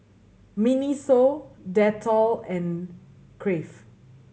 MINISO Dettol and Crave